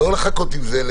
לא לחכות עם זה.